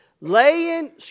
Laying